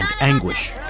anguish